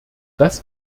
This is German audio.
das